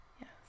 Yes